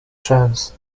chance